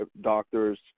doctors